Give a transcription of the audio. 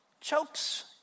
chokes